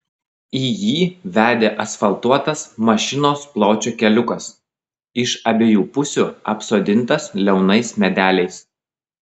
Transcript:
į jį vedė asfaltuotas mašinos pločio keliukas iš abiejų pusių apsodintas liaunais medeliais